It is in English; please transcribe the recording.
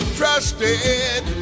trusted